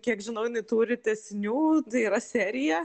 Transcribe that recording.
kiek žinau jinai turi tęsinių tai yra serija